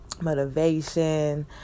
motivation